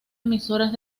emisoras